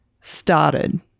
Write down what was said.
started